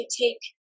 take